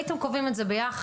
הייתם קובעים את זה ביחד.